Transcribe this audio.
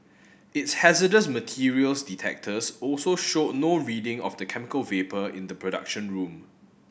its hazardous materials detectors also showed no reading of the chemical vapour in the production room